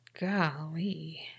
Golly